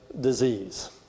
disease